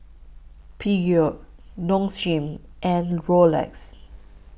Peugeot Nong Shim and Rolex